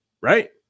right